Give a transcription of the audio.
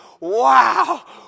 wow